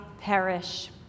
perish